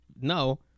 no